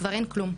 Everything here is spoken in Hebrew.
כבר אין כלום.